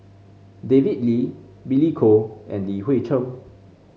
David Lee Billy Koh and Li Hui Cheng